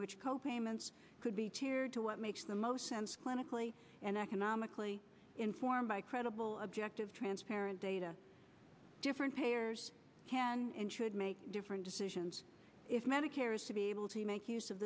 which co payments could be what makes the most sense clinically and economically informed by credible objective transparent data different payers can and should make different decisions if medicare is to be able to make use of